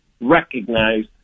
recognize